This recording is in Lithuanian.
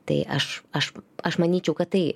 tai aš aš aš manyčiau kad tai